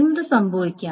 എന്ത് സംഭവിക്കാം